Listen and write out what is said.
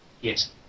Yes